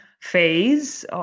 phase